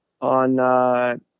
on